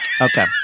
Okay